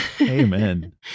amen